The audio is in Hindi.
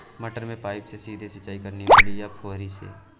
मटर में पाइप से सीधे सिंचाई करनी चाहिए या फुहरी से?